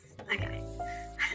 Okay